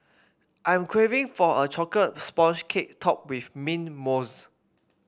I am craving for a chocolate sponge cake topped with mint mousse